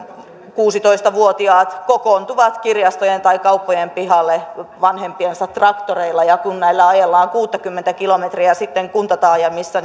kuusitoista vuotiaat kokoontuvat kirjastojen tai kauppojen pihalle vanhempiensa traktoreilla ja kun näillä ajellaan kuusikymmentä kilometriä tunnissa sitten kuntataajamissa